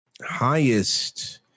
highest